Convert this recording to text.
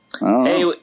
Hey